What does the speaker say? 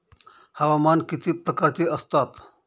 हवामान किती प्रकारचे असतात?